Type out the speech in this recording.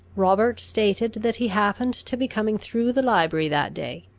robert stated, that he happened to be coming through the library that day,